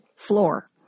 floor